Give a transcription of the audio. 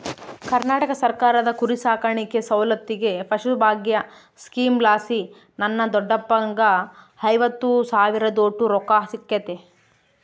ಕರ್ನಾಟಕ ಸರ್ಕಾರದ ಕುರಿಸಾಕಾಣಿಕೆ ಸೌಲತ್ತಿಗೆ ಪಶುಭಾಗ್ಯ ಸ್ಕೀಮಲಾಸಿ ನನ್ನ ದೊಡ್ಡಪ್ಪಗ್ಗ ಐವತ್ತು ಸಾವಿರದೋಟು ರೊಕ್ಕ ಸಿಕ್ಕತೆ